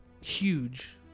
huge